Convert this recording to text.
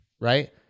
right